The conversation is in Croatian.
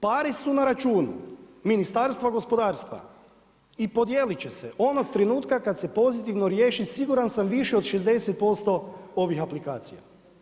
Pare su na računu Ministarstva gospodarstva i podijeliti će se onog trenutka kada se pozitivno riješi, siguran sam više do 60% ovih aplikacija.